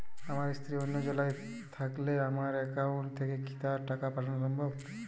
আমার স্ত্রী অন্য জেলায় থাকলে আমার অ্যাকাউন্ট থেকে কি তাকে টাকা পাঠানো সম্ভব?